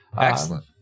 Excellent